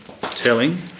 telling